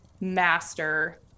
master